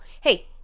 hey